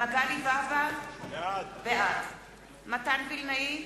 מגלי והבה, בעד מתן וילנאי,